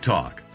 Talk